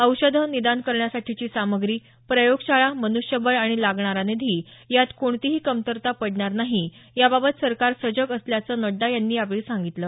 औषधं निदान करण्यासाठीची सामग्री प्रयोगशाळा मनुष्यबळ आणि लागणारा निधी यात कोणतीही कमतरता पडणार नाही याबाबत सरकार सजग असल्याचं नड्डा यांनी यावेळी सांगितलं